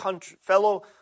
fellow